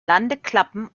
landeklappen